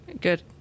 Good